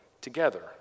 together